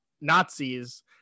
nazis